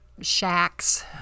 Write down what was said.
shacks